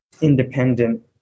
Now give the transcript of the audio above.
independent